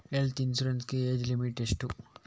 Health insurance ಗೆ age limit ಎಷ್ಟು?